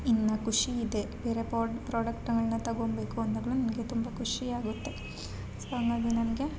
ಇನ್ನ ಖುಷಿ ಇದೆ ಬೇರೆ ಪ್ರಾಡಕ್ಟ್ಗಳನ್ನು ತಗೊಬೇಕು ಅಂದಾಗ್ಲು ನನಗೆ ತುಂಬ ಖುಷಿಯಾಗುತ್ತೆ ಸೊ ಹಾಗಾಗಿ ನನಗೆ